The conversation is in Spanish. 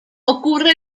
ocurre